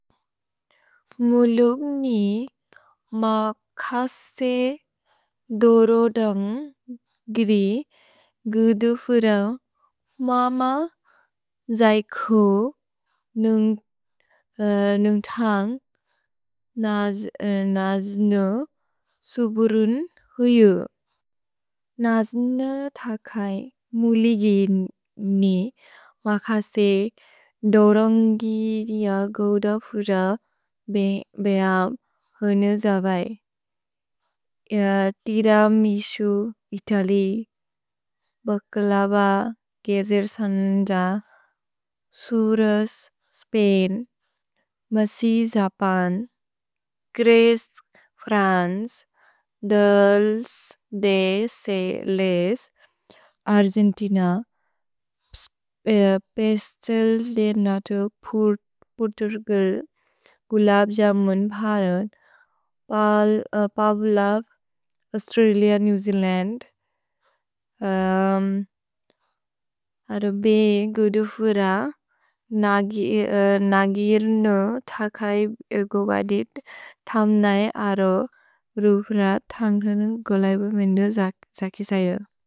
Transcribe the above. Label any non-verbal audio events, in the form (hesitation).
मुलुक् नि मकसे दोरोदन्ग् ग्रि गु दु फुर मम जैको नुन्ग् (hesitation) थन्ग् नज्नु सुबुरुन् हुयु। नज्नु थकै मुलिकिनि मकसे दोरोन्गि रिअ गु दु फुर (hesitation) बेअ हुनु जबै। Tiramisu, Italy. भच्लव, गेजिर्सन्द। Churros, Spain. Mochi, Japan. Crepes, France. Dulce, de, leche. Argentina. Pastel de नतो, (hesitation) Portugal. Gulab jamun, Bharat. Pavlova, Australia, New Zealand. अर बेअ गु दु फुर नगिर्नु थकै गु बदित् थम्नै अरो रु फुर थन्ग्ल नुन्ग् गुलैब मेनु जकिसयो।